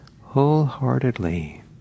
wholeheartedly